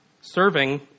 Serving